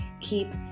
keep